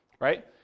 right